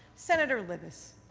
senator libous.